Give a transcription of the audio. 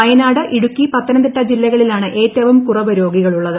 വയനാട് ഇടുക്കി പത്തനംതിട്ട ജില്ലകളിലാണ് ഏറ്റവും കുറവ് രോഗികളുള്ളത്